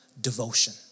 Devotion